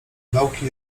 dołki